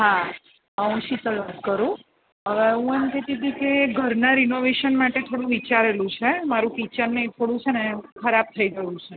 હા હું શીતલ વાત કરું હવે હું એમ કહેતી હતી કે ઘરનાં રિનોવેશન માટે થોડું વિચારેલું છે મારું કિચન ને એ થોડું છે ને ખરાબ થઈ ગયું છે